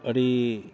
ᱟᱹᱰᱤ